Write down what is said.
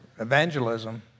evangelism